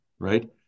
Right